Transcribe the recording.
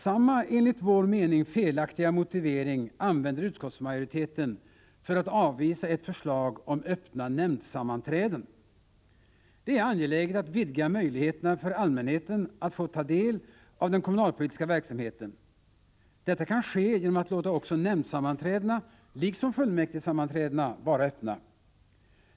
Samma enligt vår mening felaktiga motivering använder utskottsmajoriteten för att avvisa ett förslag om öppna nämndsammanträden. Det är angeläget att vidga möjligheterna för allmänheten att ta del av den kommunalpolitiska verksamheten. Detta kan ske genom att låta också nämndsammanträdena liksom fullmäktigesammanträdena vara öppna.